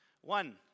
one